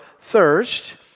thirst